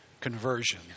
conversion